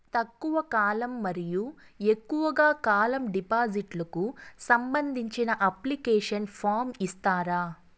తక్కువ కాలం మరియు ఎక్కువగా కాలం డిపాజిట్లు కు సంబంధించిన అప్లికేషన్ ఫార్మ్ ఇస్తారా?